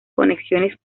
conexiones